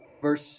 verse